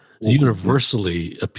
universally